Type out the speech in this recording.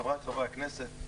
חבריי חברי הכנסת.